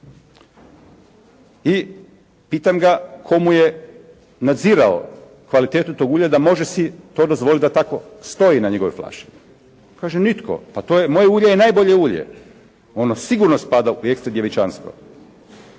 I pitam ga tko mu je nadzirao kvalitetu tog ulja da može si to dozvoliti da tako stoji na njegovoj flaši? Kaže: «Nitko.» Pa to je, moje ulje je najbolje ulje. Ono sigurno spada u ekstra djevičansko.